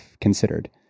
considered